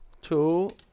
two